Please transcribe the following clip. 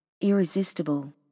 Irresistible